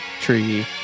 tree